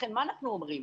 לכן מה אנחנו אומרים?